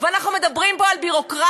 אנחנו מדברים פה על ביורוקרטיה.